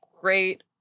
great